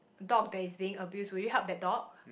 dog that is being abuse will you help that dog